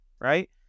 right